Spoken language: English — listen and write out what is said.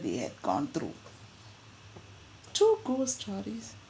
they had gone through two ghost stories